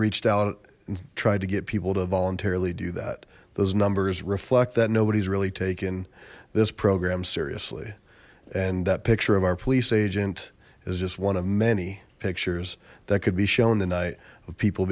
reached out and tried to get people to voluntarily do that those numbers reflect that nobody's really taken this program seriously and that picture of our police agent is just one of many pictures that could be shown the night of people